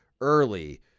early